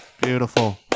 beautiful